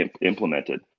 implemented